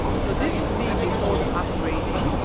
so this would be before the upgrading.